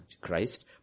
Christ